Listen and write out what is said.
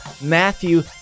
Matthew